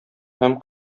һәм